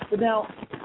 now